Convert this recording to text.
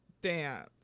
dance